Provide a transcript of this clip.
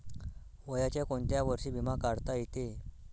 वयाच्या कोंत्या वर्षी बिमा काढता येते?